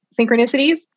synchronicities